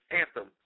anthem